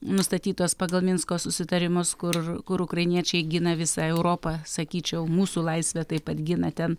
nustatytos pagal minsko susitarimus kur kur ukrainiečiai gina visą europą sakyčiau mūsų laisvę taip pat gina ten